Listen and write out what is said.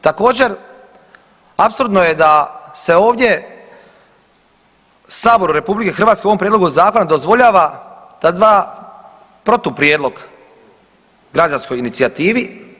Također, apsurdno je da se ovdje Sabor RH u ovom Prijedlogu zakona dozvoljava ta dva protuprijedlog građanskoj inicijativi.